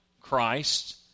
Christ